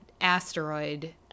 asteroid